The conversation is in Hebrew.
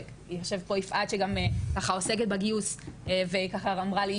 ויושבת פה יפעת שעוסקת בגיוס ואמרה לי,